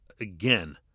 again